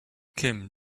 kim